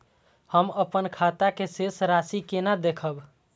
हम अपन खाता के शेष राशि केना देखब?